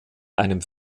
einem